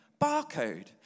barcode